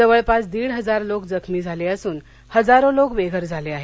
जवळपास दीड हजार लोक जखमी झाले असून हजारो लोक बेघर झाले आहेत